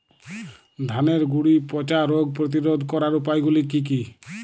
ধানের গুড়ি পচা রোগ প্রতিরোধ করার উপায়গুলি কি কি?